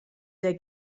der